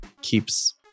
keeps